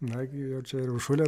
nagi jau čia ir uršulė